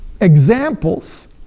examples